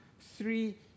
three